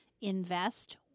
Invest